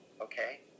Okay